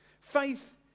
faith